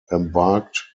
embarked